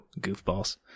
goofballs